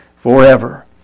forever